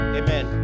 amen